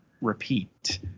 repeat